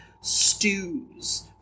stews